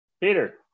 Peter